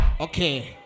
Okay